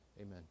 Amen